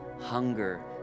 hunger